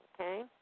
okay